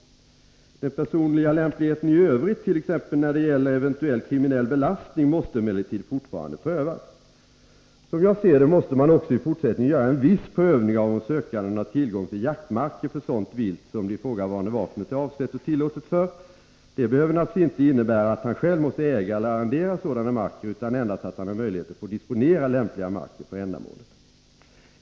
Den personliga lämpligheten i övrigt, t.ex. när det gäller eventuell kriminell belastning, måste emellertid fortfarande prövas. Som jag ser det måste man också i fortsättningen göra en viss prövning av om sökanden har tillgång till jaktmarker för sådant vilt som det ifrågavarande vapnet är avsett och tillåtet för. Detta behöver naturligtvis inte innebära att han själv måste äga eller arrendera sådana marker utan endast att han har möjlighet att få disponera lämpliga marker för ändamålet.